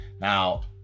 Now